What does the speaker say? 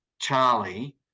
Charlie